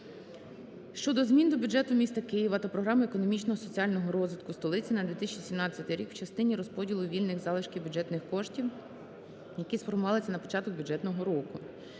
щодо змін до Бюджету міста Києва та Програми економічного та соціального розвитку столиці на 2017 рік в частині розподілу вільних залишків бюджетних коштів, які сформувалися на початок бюджетного року.